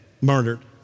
murdered